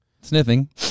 Sniffing